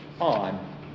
on